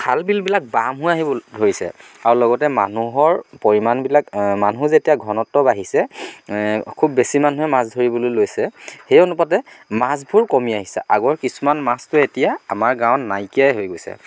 খাল বিলবিলাক বাম হৈ আহিব ধৰিছে আৰু লগতে মানুহৰ পৰিমাণবিলাক মানুহ যেতিয়া ঘনত্ব বাঢ়িছে খুব বেছি মানুহে মাছ ধৰিবলৈ লৈছে সেই অনুপাতে মাছবোৰ কমি আহিছে আগৰ কিছুমান মাছটো এতিয়া আমাৰ গাঁৱত নাইকিয়াই হৈ গৈছে